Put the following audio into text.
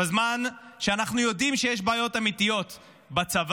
בזמן שאנחנו יודעים שיש בעיות אמיתיות בצבא,